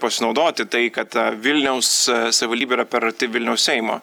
pasinaudoti tai kad vilniaus savivaldybė yra per arti vilniaus seimo